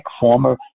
former